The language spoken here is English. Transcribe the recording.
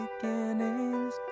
beginning's